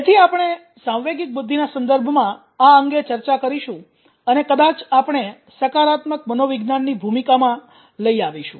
તેથી આપણે સાંવેગિક બુદ્ધિના સંદર્ભમાં આ અંગે ચર્ચા કરીશું અને કદાચ આપણે સકારાત્મક મનોવિજ્ઞાનની ભૂમિકામાં લઈ આવીશું